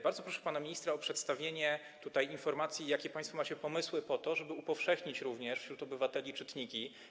Bardzo proszę pana ministra o przedstawienie tutaj informacji, jakie państwo macie pomysły, żeby upowszechnić również wśród obywateli czytniki.